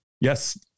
Yes